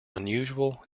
unusual